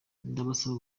ndabasaba